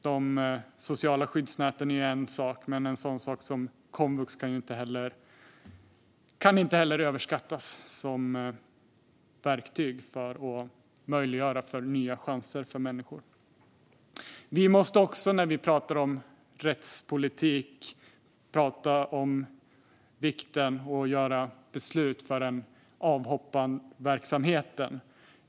De sociala skyddsnäten är en sak, men en sådan sak som komvux kan inte heller överskattas som verktyg för att möjliggöra fler chanser för människor. Vi måste också när vi talar om rättspolitik tala om vikten av och att fatta beslut om avhopparverksamheten.